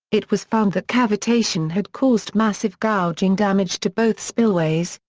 it was found that cavitation had caused massive gouging damage to both spillways,